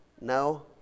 No